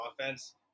offense